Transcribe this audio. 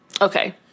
Okay